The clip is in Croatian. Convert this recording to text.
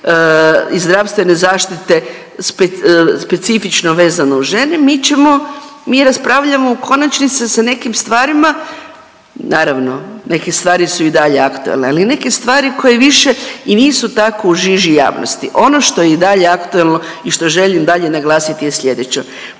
i zdravstvene zaštite specifično vezano uz žene, mi ćemo mi raspravljamo u konačnici sa nekim stvarima, naravno neke stvari su i dalje aktualne, ali neke stvari koje više i nisu tako u žiži javnosti. Ono što je i dalje aktualno i što želim dalje naglasiti je sljedeće,